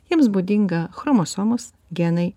jiems būdinga chromosomos genai